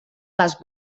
les